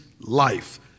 life